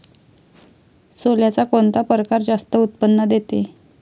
सोल्याचा कोनता परकार जास्त उत्पन्न देते?